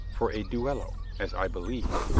for a duello, as i believe.